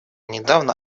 недавно